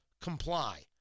comply